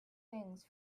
things